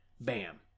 Bam